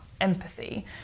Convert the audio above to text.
empathy